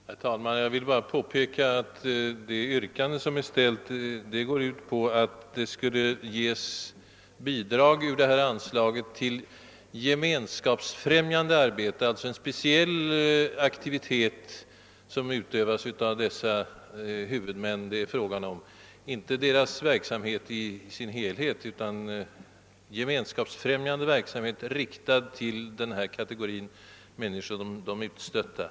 Herr talman! Jag vill bara påpeka att motionsyrkandet går ut på att det ur detta anslag skulle ges bidrag till »gemenskapsfrämjande . Det gäller alltså här enbart denna specialaktivitet utövad av de huvudmän vi angivit, inte dessa organisationers verksamhet som sådan. Denna gemenskapsfrämjande verksamhet är avsedd spe cifikt för den kategori av människor vi här talat om, nämligen vad som kallats de utstötta.